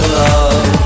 love